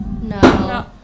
No